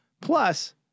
Plus